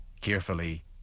Carefully